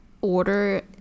order